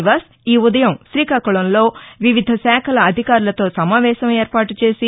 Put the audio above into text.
నివాస్ ఈ ఉదయం శ్రీకాకుళంలో వివిధ శాఖల అధికారులతో సమావేశం ఏర్పాటు చేసి